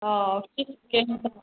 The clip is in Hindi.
और किस के